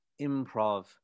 improv